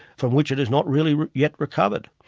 from which it has not really yet recovered.